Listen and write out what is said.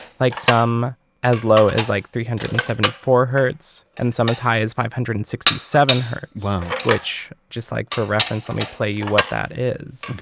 like some as low as like three hundred and seventy four hertz and some as high as five hundred and sixty seven hertz, which just like for reference let me play you what that is.